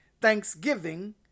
thanksgiving